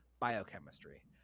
biochemistry